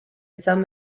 izan